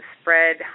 spread